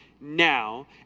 now